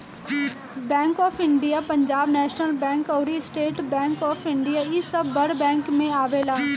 bank of India, Punjab national bank अउरी state bank of India इ सब बड़ बैंकन में आवेला